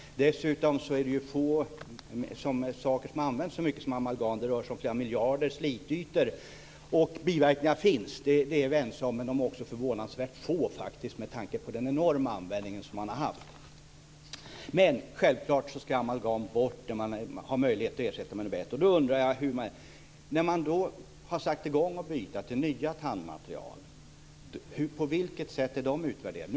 Dessutom är det få saker som har använts så mycket som amalgam. Det rör sig om flera miljarder slitytor. Biverkningar finns. Det är vi ense om, men de är faktiskt förvånansvärt få med tanke på den enorma användning som man har haft. Men amalgam ska självfallet bort där man har möjlighet att ersätta det med något bättre. Nu har man satt i gång att byta till nya tandmaterial. På vilket sätt är de utvärderade?